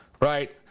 right